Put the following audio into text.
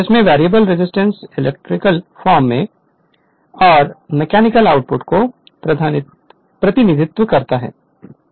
जिसमें variable resistance electrical form में mechanical output का प्रतिनिधित्व करता है